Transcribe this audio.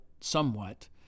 somewhat